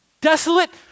Desolate